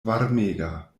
varmega